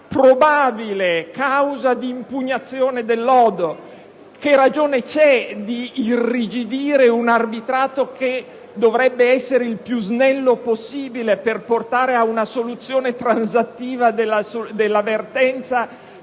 probabile causa di impugnazione del lodo? Che ragione c'è di irrigidire con queste regole un istituto che dovrebbe essere il più snello possibile per portare ad una facile soluzione transattiva della vertenza,